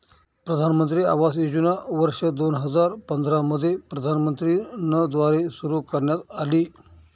प्रधानमंत्री आवास योजना वर्ष दोन हजार पंधरा मध्ये प्रधानमंत्री न द्वारे सुरू करण्यात आली